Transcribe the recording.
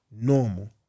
normal